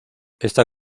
esta